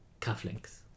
Cufflinks